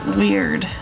weird